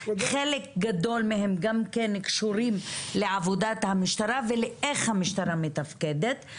חלק גדול מהן גם קשורות לעבודת המשטרה ולאיך המשטרה מתפקדת,